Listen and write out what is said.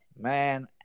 man